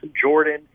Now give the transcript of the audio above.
Jordan